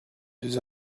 deux